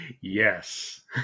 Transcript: yes